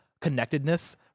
connectedness